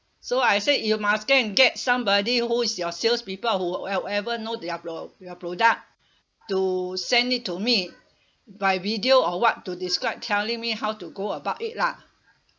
so I say you must come and get somebody who is your salespeople who however know their pro~ their product to send it to me by video or [what] to describe telling me how to go about it lah